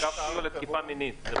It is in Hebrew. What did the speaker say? זה קו סיוע לתקיפה מינית.